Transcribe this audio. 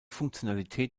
funktionalität